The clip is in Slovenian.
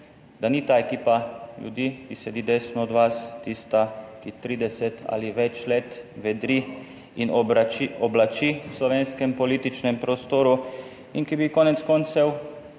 da ni ta ekipa ljudi, ki sedi desno od vas tista, ki 30 ali več let vedri in oblači v slovenskem političnem prostoru, in ki bi konec koncev